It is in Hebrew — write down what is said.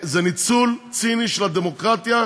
זה ניצול ציני של הדמוקרטיה,